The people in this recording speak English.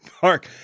park